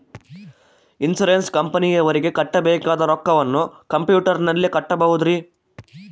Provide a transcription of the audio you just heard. Insurance ಕಂಪನಿಯವರಿಗೆ ಕಟ್ಟಬೇಕಾದ ರೊಕ್ಕವನ್ನು ಕಂಪ್ಯೂಟರನಲ್ಲಿ ಕಟ್ಟಬಹುದ್ರಿ?